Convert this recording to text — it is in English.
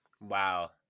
wow